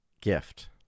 gift